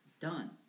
done